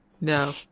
No